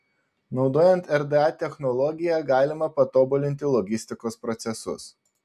naudojant rda technologiją galima patobulinti logistikos procesus